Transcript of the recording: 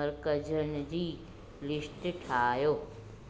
मर्कज़नि जी लिस्ट ठाहियो